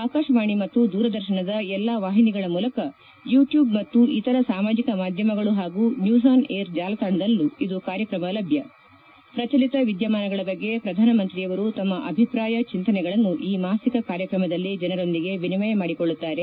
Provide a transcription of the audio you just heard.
ಆಕಾಶವಾಣಿ ಮತ್ತು ದೂರದರ್ಶನದ ಎಲ್ಲಾ ವಾಹಿನಿಗಳ ಮೂಲಕ ಯೂಟ್ಲೂಬ್ ಮತ್ತು ಇತರ ಸಾಮಾಜಿಕ ಮಾಧ್ಯಮಗಳು ಹಾಗೂ ನ್ಲೂಸ್ ಆನ್ ಏರ್ ಜಾಲತಾಣದಲ್ಲೂ ಈ ಕಾರ್ಯಕ್ರಮ ಲಭ್ಯ ಪ್ರಚಲಿತ ವಿದ್ದಮಾನಗಳ ಬಗ್ಗೆ ಪ್ರಧಾನಮಂತ್ರಿಯವರು ತಮ್ಮ ಅಭಿಪ್ರಾಯ ಚಿಂತನೆಗಳನ್ನು ಈ ಮಾಸಿಕ ಕಾರ್ಯಕ್ರಮದಲ್ಲಿ ಜನರೊಂದಿಗೆ ವಿನಿಮಯ ಮಾಡಿಕೊಳ್ಳುತ್ತಾರೆ